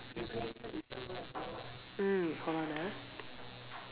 mm